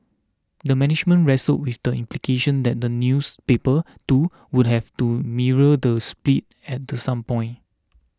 the management wrestled with the implication that the newspaper too would have to mirror the split at the some point